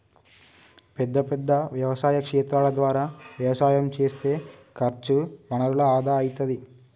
పెద్ద పెద్ద వ్యవసాయ క్షేత్రాల ద్వారా వ్యవసాయం చేస్తే ఖర్చు వనరుల ఆదా అయితది